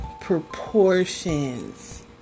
proportions